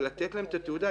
ולתת להם את התעודה.